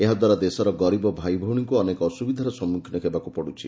ଏହାଦ୍ୱାରା ଦେଶର ଗରିବ ଭାଇଭଉଣୀମାନଙ୍କୁ ଅନେକ ଅସୁବିଧାର ସମ୍ମୁଖୀନ ହେବାକୁ ପଡୁଛି